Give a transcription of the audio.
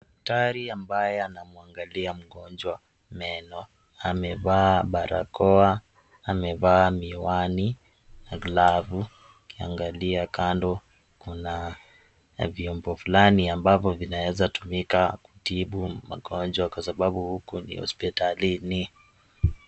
Daktari ambaye anamwangalia mgonjwa meno amevaa barakoa, amevaa miwani na glavu tukiangalia kando kuna vyombo fulani ambavyo vinawezatumika kutibu magonjwa kwa sababu huku ni hospitalini.